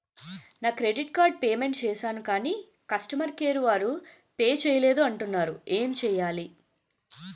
నా credit card payment చేసాను కాని కస్టమర్ కేర్ వారు పే చేయలేదు అంటున్నారు ఏంటి చేయాలి?